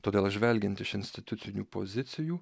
todėl žvelgiant iš institucinių pozicijų